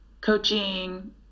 coaching